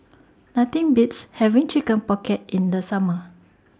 Nothing Beats having Chicken Pocket in The Summer